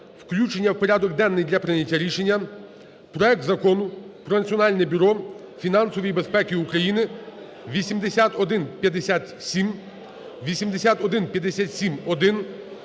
включення в порядок денний для прийняття рішення проект Закону про Національне бюро фінансової безпеки України (8157, 8157-1